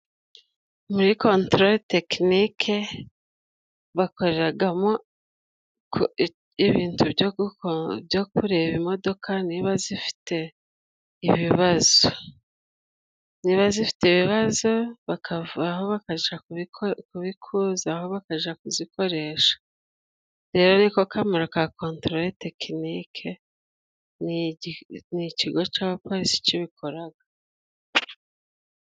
Muri Kontorore tekiniki bakoreragamo ibintu byo kureba imodoka niba zifite ibibazo. Niba zifite ibibazo bakavaho bakaja kubikuzaho bakaja kuzikoresha. Rero niko kamaro ka kontorore tekiniki, ni ikigo ca polisi kibikoraga.